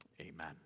Amen